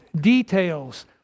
details